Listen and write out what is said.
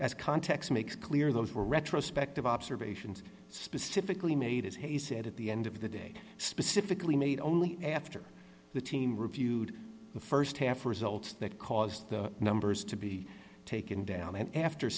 as context makes clear those were retrospective observations specifically made as he said at the end of the day specifically made only after the team reviewed the st half results that caused the numbers to be taken down and after